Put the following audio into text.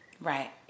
Right